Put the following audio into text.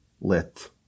lit